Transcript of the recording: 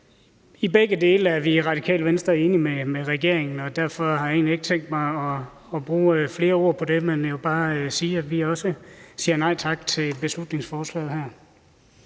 Begge dele er vi i Radikale Venstre enige med regeringen i, og derfor har jeg egentlig ikke tænkt mig at bruge flere ord på det, men jeg vil bare sige, at vi også siger nej tak til beslutningsforslaget her.